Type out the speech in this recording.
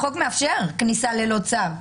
החוק מאפשר כניסה ללא צו.